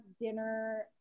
dinner